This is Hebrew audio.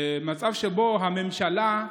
למצב שבו הממשלה,